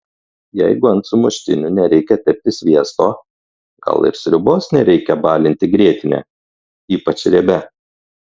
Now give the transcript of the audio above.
jeigu ant sumuštinių nereikia tepti sviesto gal ir sriubos nereikia balinti grietine ypač riebia